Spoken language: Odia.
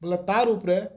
ବୋଲ ତାରି ଉପରେ